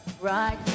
Right